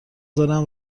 دارم